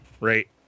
right